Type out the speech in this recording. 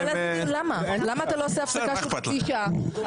--- למה אתה לא עושה הפסקה של חצי שעה?